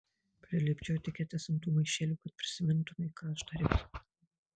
prilipdžiau etiketes ant tų maišelių kad prisimintumei ką aš dariau